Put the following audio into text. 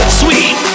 sweet